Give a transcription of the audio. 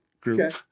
group